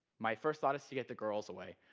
my first thought is to get the girls away.